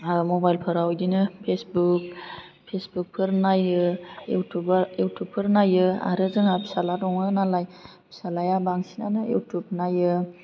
mobile फोराव इदिनो Facebook Facebook फोर नायो इउटुबा इउटुबफोर नायो आरो जोंहा फिसाला दङ नालाय फिसालाया बांसिनानो इउटुब नायो